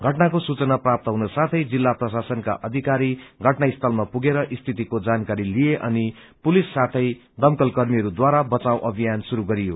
घटनाको सूचना प्राप्त हुन साथै जिल्ला प्रशासनका अधिकारी घटना स्थलमा पुगेर स्थितिको जानकारी लिए अनि पुलिस साथै दमकल कर्मीहरूद्वारा बचाव अभियान शुरू गरियो